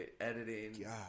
editing